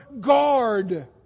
guard